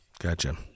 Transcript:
gotcha